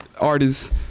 artists